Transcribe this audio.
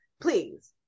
please